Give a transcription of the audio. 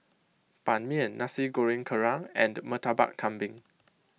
Ban Mian Nasi Goreng Kerang and Murtabak Kambing